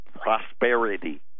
prosperity